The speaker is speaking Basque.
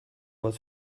bat